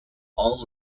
all